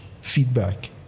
feedback